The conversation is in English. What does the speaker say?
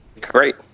great